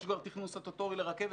יש כבר תכנון סטטוטורי לרכבת,